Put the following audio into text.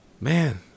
man